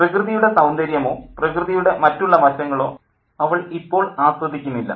പ്രകൃതിയുടെ സൌന്ദര്യമോ പ്രകൃതിയുടെ മറ്റുള്ള വശങ്ങളോ അവൾ ഇപ്പോൾ ആസ്വദിക്കുന്നില്ല